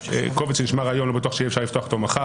קובץ שנשמר היום לא בטוח שיהיה אפשר לפתוח מחר.